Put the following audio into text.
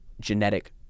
genetic